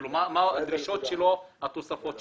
כלומר מה הדרישות שלו, מה התוספות שצריך.